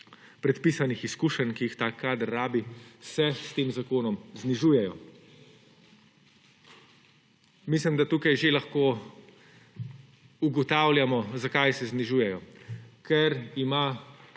predpisanih izkušenj, ki jih tak kader rabi se s tem zakonom znižujejo. Mislim, da tukaj že lahko ugotavljamo zakaj se znižujejo. Ker ima